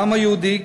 בעם היהודי,